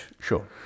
sure